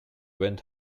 went